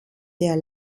der